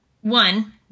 one